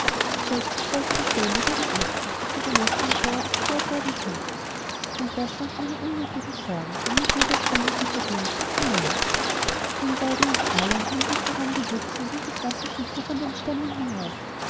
selbst die stolzen schwäne wurden ängstlich daß ihre nester und eier zerstört werdenkönnten und das waren keine unnötigen sorgen denn mit jeder stunde die verging stiegdermälar den weiden und erlen die am uferrande wuchsen ging das wasser schon hochandenstämmenhinauf indiegärtenwardaswassereingedrungenund wühlte in den gemüsebeeten auf